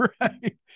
Right